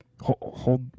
Hold